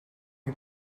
you